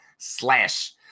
Slash